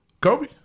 Kobe